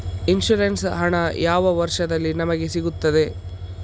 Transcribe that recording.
Insurance ಹಣ ಯಾವ ವರ್ಷದಲ್ಲಿ ನಮಗೆ ಸಿಗುತ್ತದೆ?